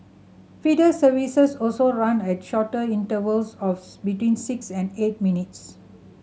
feeder services also run at shorter intervals of between six and eight minutes